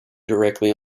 directly